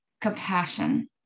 compassion